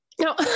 No